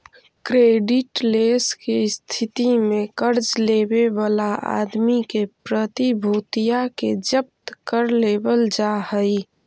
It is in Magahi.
क्रेडिटलेस के स्थिति में कर्ज लेवे वाला आदमी के प्रतिभूतिया के जब्त कर लेवल जा हई